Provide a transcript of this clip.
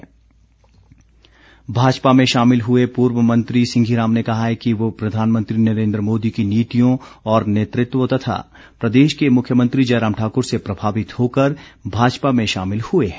सिंघी राम भाजपा में शामिल हुए पूर्व मंत्री सिंघी राम ने कहा है कि वह प्रधानमंत्री नरेन्द्र मोदी की नीतियों और नेतृत्व तथा प्रदेश के मुख्यमंत्री जयराम ठाक्र से प्रभावित होकर भाजपा में शामिल हुए हैं